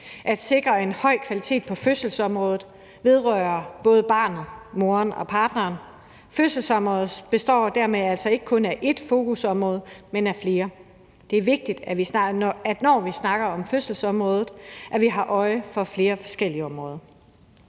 At sikre en høj kvalitet på fødselsområdet vedrører både barnet, moren og partneren. Fødselsområdet består dermed ikke kun af ét fokusområde, men af flere. Det er vigtigt, at vi, når vi snakker om fødselsområdet, har øje for flere forskellige områder.